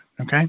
okay